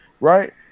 Right